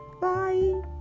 bye